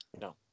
No